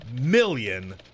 million